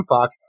Fox